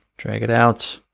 drag it out.